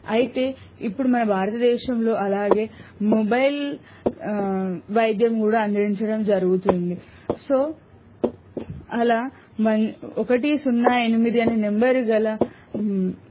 అయితే ఇప్పుడు మన భారతదేశంలో అలాగే మొబైల్ వైద్యం కూడా అందించడం జరుగుతుంది సో అలా ఒకటి సున్నా ఎనిమిది అనే నెంబర్ గల